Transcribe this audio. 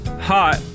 Hot